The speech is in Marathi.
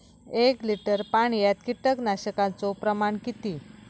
एक लिटर पाणयात कीटकनाशकाचो प्रमाण किती?